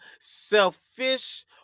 selfish